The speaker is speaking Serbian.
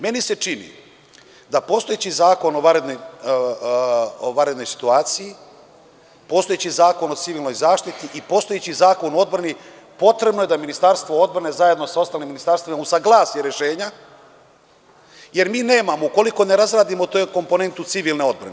Meni se čini da postojeći Zakon o vanrednoj situaciji, postojeći Zakon o civilnoj zaštiti i postojeći Zakon o odbrani potrebno je da Ministarstvo odbrane zajedno sa ostalim ministarstvima usaglasi rešenja, jer mi nemamo ukoliko ne razradimo tu komponentu civilne odbrane.